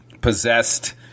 possessed